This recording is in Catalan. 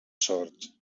sort